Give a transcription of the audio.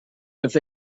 with